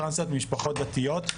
טרנסיות ממשפחות דתיות.